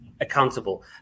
accountable